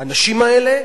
האנשים האלה,